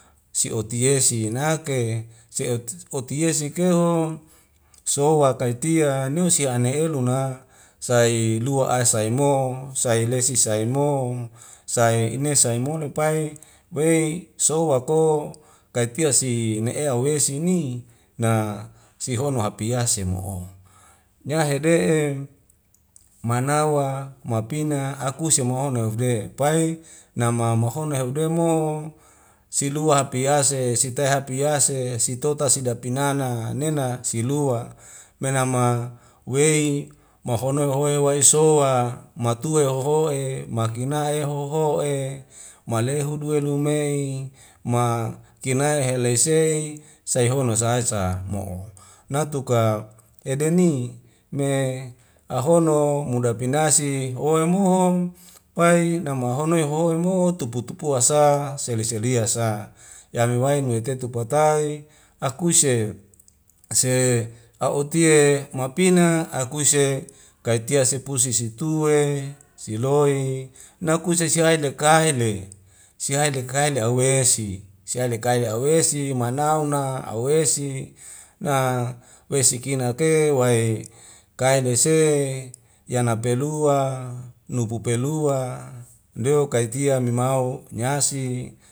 Si oti e si nake se'ot otie sikeu ho suoka kai tia niusi ane eluna sailua aisai mo sailesi sai mo sai ine sai moni pai bwei sowak ko kaitia si na ae wei singi na sihono hapease mo'o nyahede'e manawa mapina akuse semahono eufde pai nama mahono heudu'mo silua piase sitae hapeyase sitota sidapinana nena silua menama wei mahono wae hoya wa isoa matue hoho'e makina e'hoho'e malehu duwe lumei makinai helesei saihono sae sa mo'o natuka edeni me ahono muda pinasi hola moho pai nama hono ya hoi mo tupu tupua sa seli selia sa yame wae me tetu patai akuise se a'otie mapina akuse kaitia sepusi situe siloi nakuse sehai dekai le sihai dekaile awesi sihai dekaile na awesi manauna awesi na wesi kina ke wae kae lese yana pelua nupu pelua deo kaitia memau nyasi